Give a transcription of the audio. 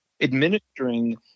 administering